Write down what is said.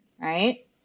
right